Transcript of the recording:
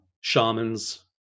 shamans